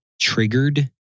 triggered